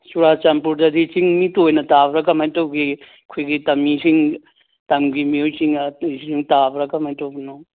ꯆꯨꯔꯆꯥꯟꯄꯨꯔꯗꯗꯤ ꯆꯤꯡꯃꯤꯇ ꯑꯣꯏꯅ ꯇꯥꯕ꯭ꯔꯥ ꯀꯔꯝꯍꯥꯏ ꯇꯧꯒꯦ ꯑꯩꯈꯣꯏꯒꯤ ꯇꯝꯃꯤꯁꯤꯡ ꯇꯝꯒꯤ ꯃꯤꯑꯣꯏꯁꯤꯡꯅ ꯇꯥꯕ꯭ꯔꯥ ꯀꯃꯥꯏ ꯇꯧꯕꯅꯣ